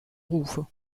rufe